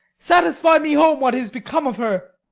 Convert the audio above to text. satisfy me home what is become of her.